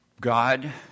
God